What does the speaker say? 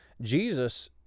Jesus